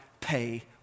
pay